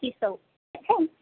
किसौ